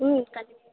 ம் கண்டிப்பாக